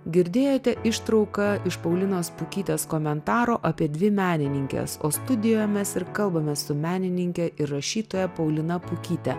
girdėjote ištrauką iš paulinos pukytės komentaro apie dvi menininkes studijoje mes ir kalbamės su menininke ir rašytoja paulina pukyte